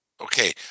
Okay